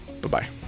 bye-bye